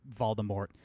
Voldemort